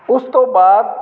ਉਸ ਤੋਂ ਬਾਅਦ